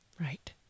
Right